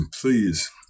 please